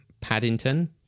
Paddington